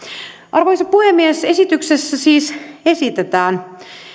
arvoisa puhemies esityksessä siis esitetään